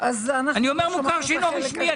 אני אומר מוכר שאינו רשמי.